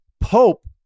Pope